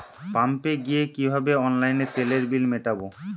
পাম্পে গিয়ে কিভাবে অনলাইনে তেলের বিল মিটাব?